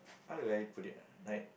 how do I put it ah like